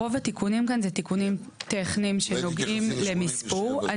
רוב התיקונים כאן זה תיקונים טכניים שנוגעים למספור.